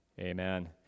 Amen